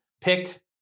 Picked